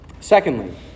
Secondly